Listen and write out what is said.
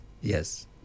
Yes